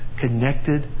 Connected